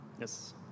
Yes